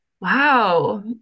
Wow